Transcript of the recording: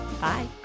bye